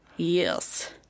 Yes